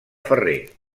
ferrer